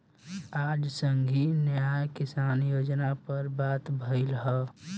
आज संघीय न्याय किसान योजना पर बात भईल ह